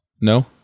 No